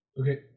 Okay